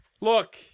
Look